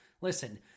Listen